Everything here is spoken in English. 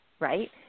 Right